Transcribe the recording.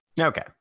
Okay